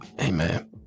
Amen